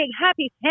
happy